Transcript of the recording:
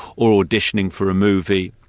or auditioning for a movie,